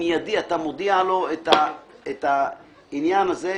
אתה מודיע לו את העניין הזה,